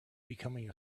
becoming